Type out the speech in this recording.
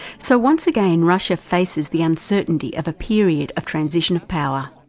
so once again, russia faces the uncertainty of a period of transition of power.